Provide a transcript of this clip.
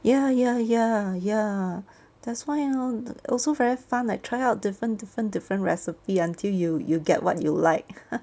ya ya ya ya that's why hor also very fun like try out different different different recipe until you you get what you like